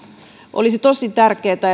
olisi tosi tärkeätä